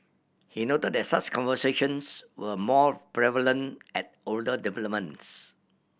he noted that such conversions were more prevalent at older developments